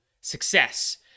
success